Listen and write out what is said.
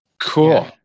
cool